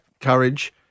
courage